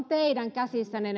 teidän käsissänne